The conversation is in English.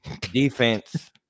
defense